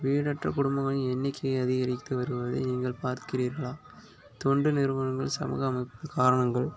வீடற்ற குடும்பங்களின் எண்ணிக்கை அதிகரித்து வருவதை நீங்கள் பார்க்கிறீர்களா தொண்டு நிறுவனங்கள் சமூக அமைப்பு காரணங்கள்